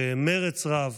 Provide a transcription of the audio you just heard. במרץ רב,